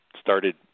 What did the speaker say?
started